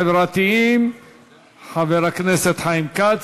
תודה לשר הרווחה והשירותים החברתיים חבר הכנסת חיים כץ.